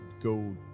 go